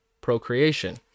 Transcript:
procreation